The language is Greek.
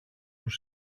του